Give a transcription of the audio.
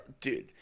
Dude